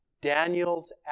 Daniel's